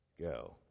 go